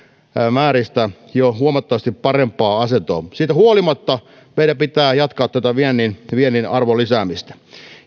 määristä jo huomattavasti parempaan asentoon siitä huolimatta meidän pitää jatkaa tätä viennin arvon lisäämistä